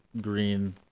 green